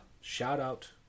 shout-out